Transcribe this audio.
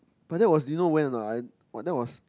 but that was you know when or not I !wah! that was